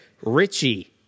Richie